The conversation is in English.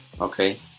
Okay